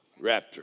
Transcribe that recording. Raptor